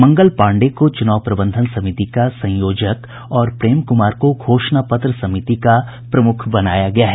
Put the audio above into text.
मंगल पांडेय को चुनाव प्रबंधन समिति का संयोजक और प्रेम कुमार को घोषणा पत्र समिति का प्रमुख बनाया गया है